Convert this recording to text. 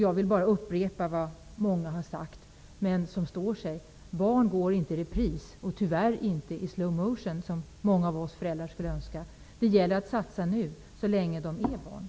Jag vill upprepa vad många har sagt och som står sig: Barn går inte i repris och tyvärr inte i slow motion, som många av oss föräldrar skulle önska. Det gäller att satsa nu, så länge de är barn.